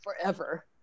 forever